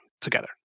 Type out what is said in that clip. together